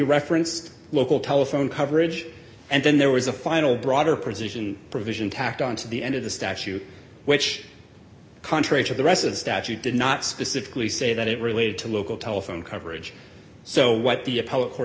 referenced local telephone coverage and then there was a final broader prison provision tacked onto the end of the statute which contrary to the rest of the statute did not specifically say that it related to local telephone coverage so what the